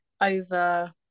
over